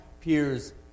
peers